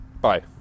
bye